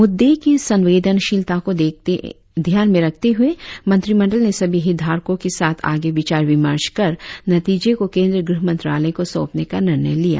मुद्दे की संवेदनशीलता को ध्यान में रखते हुए मंत्रिमंडल ने सभी हितधारकों के साथ आगे विचार विमर्श कर नतीजे को केंद्रीय गृह मंत्रालय को सौंपने का निर्णय लिया